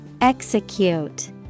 Execute